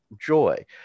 joy